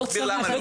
אני אסביר למה לא,